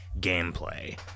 gameplay